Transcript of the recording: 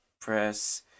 press